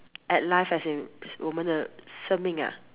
at life as in 我们的生命: wo men de sheng ming ah